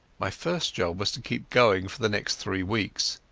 my first job was to keep going for the next three weeks.